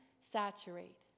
saturate